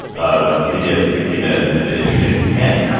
of cbs sixty minutes is in his tent. yeah